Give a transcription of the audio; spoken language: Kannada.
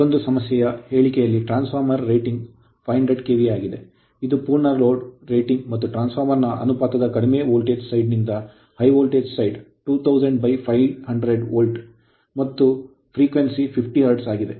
ಮತ್ತೊಂದು ಸಮಸ್ಯೆಯ ಹೇಳಿಕೆಯಲ್ಲಿ ಟ್ರಾನ್ಸ್ ಫಾರ್ಮರ್ ರೇಟಿಂಗ್ 500 ಕೆವಿಎ ಆಗಿದೆ ಇದು ಪೂರ್ಣ ಲೋಡ್ ರೇಟಿಂಗ್ ಮತ್ತು ಟ್ರಾನ್ಸ್ ಫಾರ್ಮರ್ ಅನುಪಾತದ ಕಡಿಮೆ ವೋಲ್ಟೇಜ್ ಸೈಡ್ ನಿಂದ ಹೈ ವೋಲ್ಟೇಜ್ ಸೈಡ್ 2000 500 ವೋಲ್ಟ್ ಮತ್ತು ಆವರ್ತನ 50 ಹರ್ಟ್ಜ್ ಆಗಿದೆ